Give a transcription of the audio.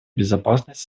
безопасность